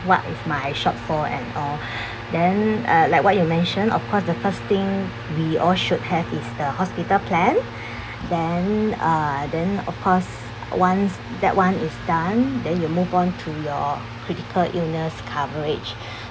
what is my short fall and all then uh like what you mention of course the first thing we all should have is the hospital plan then uh then of course once that one is done then you move on to your critical illness coverage